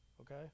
okay